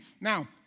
Now